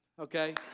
okay